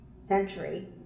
century